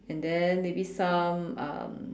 and then maybe some um